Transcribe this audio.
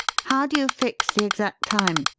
how do you fix the exact time?